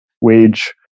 wage